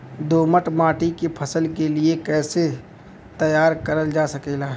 दोमट माटी के फसल के लिए कैसे तैयार करल जा सकेला?